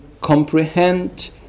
comprehend